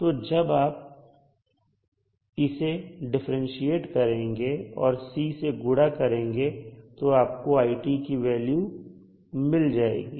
तो जब आप इसे डिफरेंटशिएट करेंगे और C से गुड़ा करेंगे तब आपको i कि वे वैल्यू मिल जाएगी